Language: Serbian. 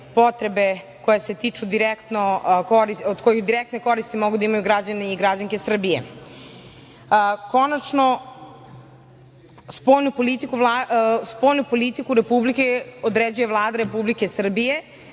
obrazovanje ili neke druge potrebe od kojih direktne koristi mogu da imaju građani i građanke Srbije. Konačno, spoljnu politiku Republike određuje Vlada Republike Srbije,